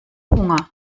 hunger